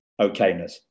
okayness